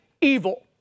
evil